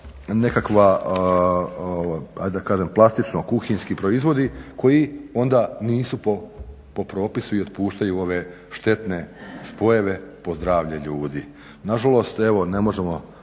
nekakva plastično kuhinjski proizvodi koji onda nisu po propisu i otpuštaju ove štetne spojeve po zdravlje ljudi. Nažalost evo ne možemo